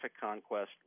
conquest